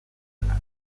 zara